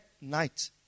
night